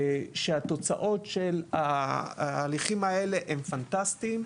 שהתוצאות של ההליכים האלה הן פנטסטיות.